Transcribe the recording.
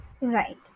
Right